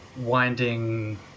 winding